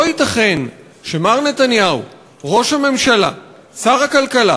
לא ייתכן שמר נתניהו, ראש הממשלה, שר הכלכלה,